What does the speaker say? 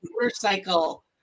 motorcycle